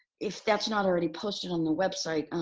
if that's not already posted on the website,